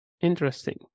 Interesting